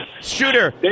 Shooter